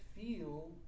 feel